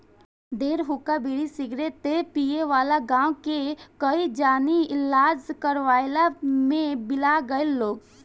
ढेर हुक्का, बीड़ी, सिगरेट पिए वाला गांव के कई जानी इलाज करवइला में बिला गईल लोग